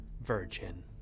Virgin